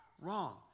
wrong